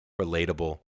relatable